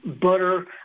butter